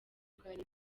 bwari